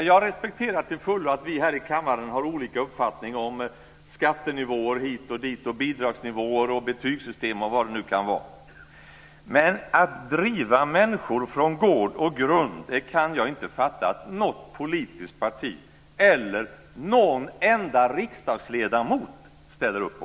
Jag respekterar till fullo att vi här i kammaren har olika uppfattningar om skattenivåer hit och dit, bidragsnivåer, betygssystem och vad det nu kan vara. Men att driva människor från gård och grund, det kan jag inte fatta att något politiskt parti eller någon enda riksdagsledamot ställer upp på.